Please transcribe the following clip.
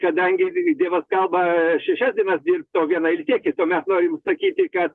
kadangi dievas kalba šešias dienas dirbt o vieną ilsėkis o mes norim sakyti kad